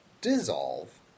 dissolve